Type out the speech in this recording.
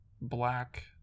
black